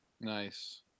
Nice